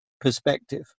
perspective